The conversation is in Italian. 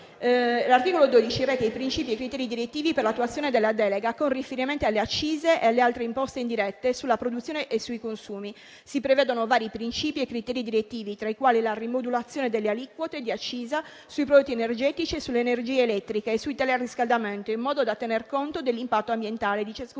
L'articolo 12 reca i principi e criteri direttivi per l'attuazione della delega con riferimento alle accise e alle altre imposte indirette sulla produzione e sui consumi. Si prevedono vari principi e criteri direttivi tra i quali la rimodulazione delle aliquote di accisa sui prodotti energetici e sull'energia elettrica e sul teleriscaldamento in modo da tener conto dell'impatto ambientale di ciascun